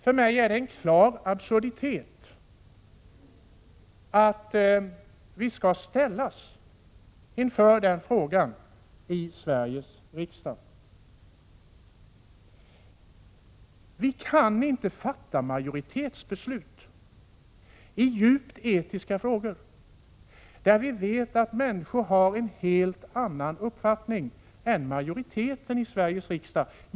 För mig är det en klar absurditet att vi skall ställas inför den frågan i Sveriges riksdag. Vi kan inte fatta majoritetsbeslut i djupt etiska frågor, där vi vet att människor, kanske majoriteten ute i de breda folklagren, har en helt annan uppfattning än majoriteten i Sveriges riksdag.